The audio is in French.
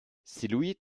celui